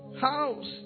house